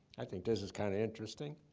i think this is kind of interesting.